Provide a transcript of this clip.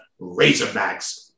Razorbacks